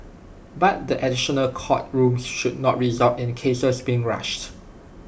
but the additional court rooms should not result in cases being rushed